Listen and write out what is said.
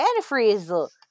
Antifreeze